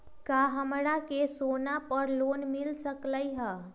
का हमरा के सोना पर लोन मिल सकलई ह?